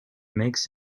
makes